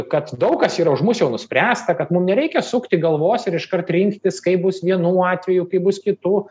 kad daug kas yra už mus jau nuspręsta kad mum nereikia sukti galvos ir iškart rinktis kaip bus vienu atveju kaip bus kitu